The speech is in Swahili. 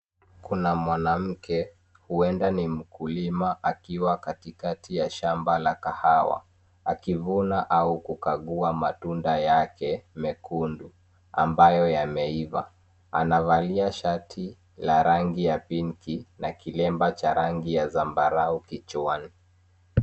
Kuna mwanamke huenda ni mkulima akiwa katikati ya shamba la kahawa akivuna au kukagua matunda yake mekundu ambayo yameiva ana valia shati la rangi ya pinki na kilemba cha rangi ya zambarau kichwani